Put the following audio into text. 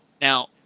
Now